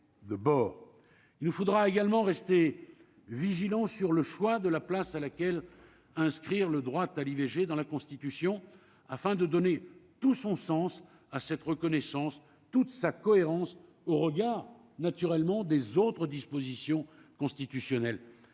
il nous faudra également rester vigilants sur le choix de la place à laquelle inscrire le droit à l'IVG dans la Constitution afin de donner tout son sens à cette reconnaissance toute sa cohérence au regard naturellement des autres dispositions constitutionnelles,